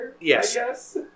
yes